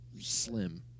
slim